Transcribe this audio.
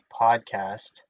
podcast